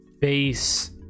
base